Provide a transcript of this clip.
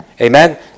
Amen